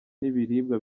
n’ibiribwa